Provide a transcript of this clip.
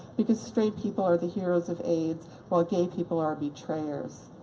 because straight people are the heroes of aids while gay people are betrayers.